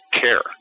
care